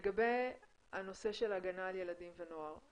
לגבי הנושא של הגנה על ילדים ונוער,